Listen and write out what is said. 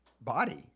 body